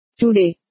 today